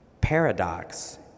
paradox